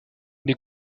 les